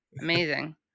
amazing